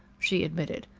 she admitted.